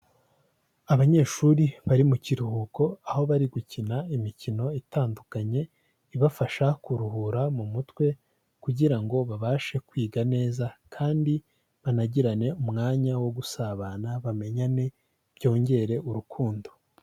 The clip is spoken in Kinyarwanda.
Abanyeshuri bari mu kiruhuko aho bari gukina imikino itandukanye, ibafasha ku ruhura mu mutwe kugira ngo babashe kwiga neza kandi banagirane umwanya wo gusabana, bamenyane, byongere urukundo.